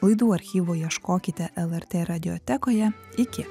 laidų archyvo ieškokite lrt radijotekoje iki